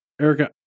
Erica